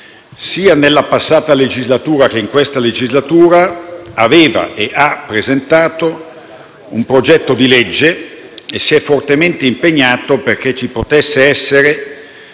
sia nella passata legislatura che in questa, aveva ed ha presentato un progetto di legge e si è fortemente impegnato perché ci possa essere